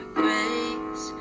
grace